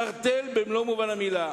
קרטל במלוא מובן המלה.